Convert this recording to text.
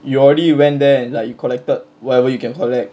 you already went there and like you collected whatever you can collect